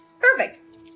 Perfect